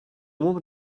woman